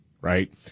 right